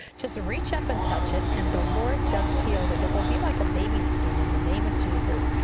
just reach up and touch it, and the lord just healed it. it will be like a baby's skin in the name of jesus.